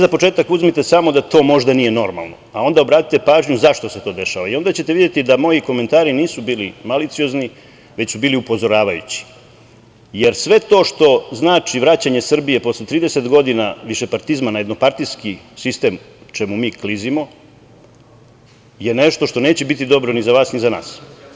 Za početak uzmite samo da to nije normalno, a onda obratite pažnju zašto se to dešava, onda ćete videti da moji komentari nisu bili maliciozni, već su bili upozoravajući, jer sve to što znači vraćanje Srbije posle 30 godina višepartizma na jednopartijski sistem, čemu mi klizimo, je nešto što neće biti dobro ni za vas, ni za nas.